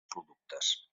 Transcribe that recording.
productes